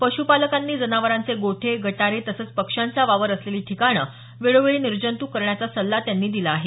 पश्रपालकांनी जनावरांचे गोठे गटारे तसंच पक्ष्यांचा वावर असलेली ठिकाणं वेळोवेळी निर्जंतुक करण्याचा सल्ला त्यांनी दिला आहे